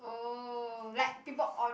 oh like people on